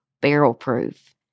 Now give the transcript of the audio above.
barrel-proof